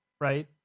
right